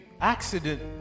accident